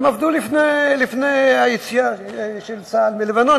הן עבדו שם לפני היציאה של צה"ל מלבנון.